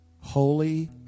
holy